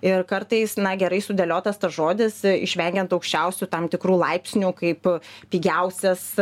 ir kartais na gerai sudėliotas tas žodis išvengiant aukščiausių tam tikrų laipsnių kaip pigiausias